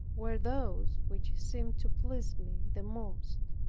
were those which seemed to please me the most.